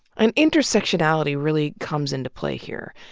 and intersectionality really comes into play here.